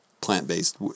plant-based